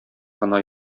гына